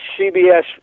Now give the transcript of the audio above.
CBS